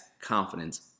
confidence